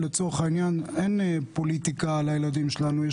אין פוליטיקה בנוגע לילדים שלנו,